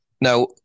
Now